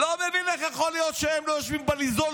לא מבין איך יכול להיות שהם לא יושבים בליזול,